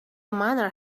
miner